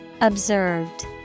Observed